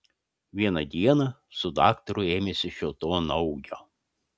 vieną dieną su daktaru ėmėsi šio to naujo